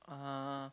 uh